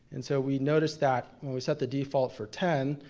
and so we noticed that when we set the default for ten,